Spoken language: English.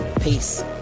peace